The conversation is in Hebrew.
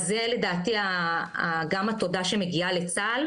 אז זה לדעתי גם התודה שמגיעה לצה"ל.